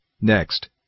Next